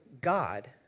God